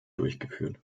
durchgeführt